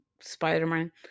spider-man